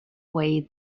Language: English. way